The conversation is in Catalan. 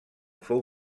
fou